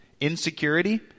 Insecurity